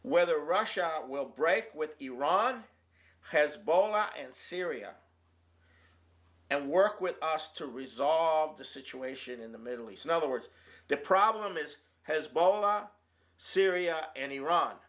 whether russia will break with iran has ball and syria and work with us to resolve the situation in the middle east in other words the problem is hezbollah syria and iran